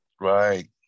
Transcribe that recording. Right